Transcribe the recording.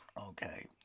Okay